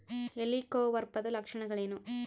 ಹೆಲಿಕೋವರ್ಪದ ಲಕ್ಷಣಗಳೇನು?